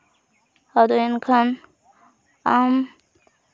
ᱟᱫᱚ ᱮᱱᱠᱷᱟᱱ ᱟᱢ